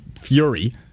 fury